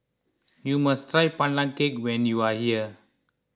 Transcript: you must try Pandan Cake when you are here